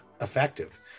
effective